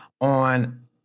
on